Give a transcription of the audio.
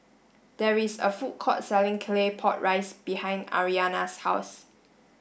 there is a food court selling claypot rice behind Aryanna's house